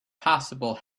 possible